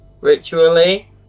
ritually